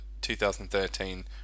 2013